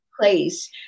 place